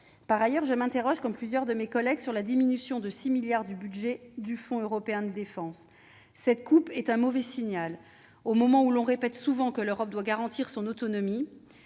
Par ailleurs, je m'interroge, comme plusieurs de mes collègues, sur la diminution de 6 milliards d'euros du budget du Fonds européen de la défense. Cette coupe est un mauvais signal au moment où l'on répète souvent que l'Europe doit garantir son autonomie